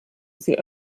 sie